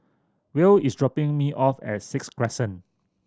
Will is dropping me off at Sixth Crescent